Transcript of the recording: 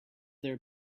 their